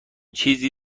چیزی